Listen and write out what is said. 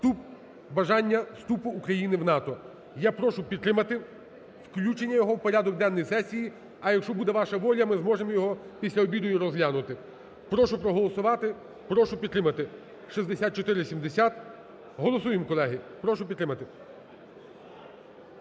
вступ, бажання вступу України в НАТО. Я прошу підтримати включення його в порядок денний сесії, а якщо буде ваша воля, ми зможемо його після обіду і розглянути. Прошу проголосувати, прошу підтримати 6470. Голосуємо, колеги, прошу підтримати.